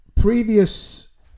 Previous